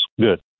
good